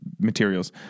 materials